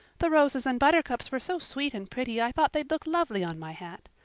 the roses and buttercups were so sweet and pretty i thought they'd look lovely on my hat.